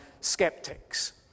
skeptics